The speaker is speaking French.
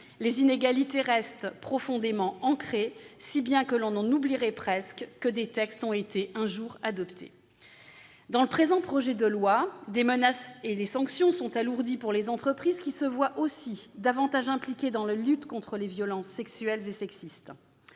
Les inégalités restent toujours profondément ancrées, si bien que l'on en oublierait presque que des textes ont été, un jour, adoptés. » Dans le présent projet de loi, les menaces et les sanctions sont alourdies pour les entreprises, qui se voient aussi davantage impliquées dans la lutte contre les violences sexuelles et sexistes.